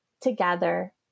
together